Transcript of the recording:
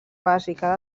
bàsica